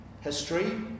history